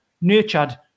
nurtured